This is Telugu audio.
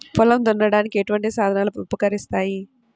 పొలం దున్నడానికి ఎటువంటి సాధనలు ఉపకరిస్తాయి?